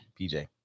PJ